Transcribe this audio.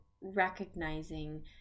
recognizing